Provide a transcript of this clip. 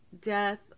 death